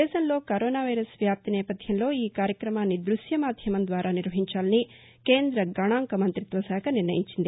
దేశంలో corona virus వ్యాప్తి నేపథ్యంలో ఈ కార్యక్రమాన్ని దృశ్య మాధ్యమం ద్వారా నిర్వహించాలని కేంద్ర గణాంక మంతిత్వ శాఖ నిర్ణయించింది